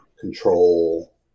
control